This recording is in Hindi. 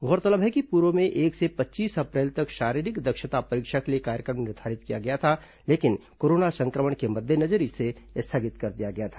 गौरतलब है कि पूर्व में एक से पच्चीस अप्रैल तक शारीरिक दक्षता परीक्षा के लिए कार्यक्रम निर्धारित किया गया था लेकिन कोरोना संक्रमण के मद्देनजर इसे स्थगित कर दिया गया था